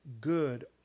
good